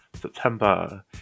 september